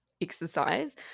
exercise